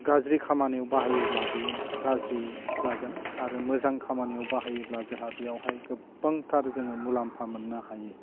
गाज्रि खामानियाव बाहायोब्ला बेयो गाज्रि जागोन आरो मोजां खामानियाव बाहायोब्ला जोंहा बेयावहाय गोबांथार जोङो मुलाम्फा मोननो हायो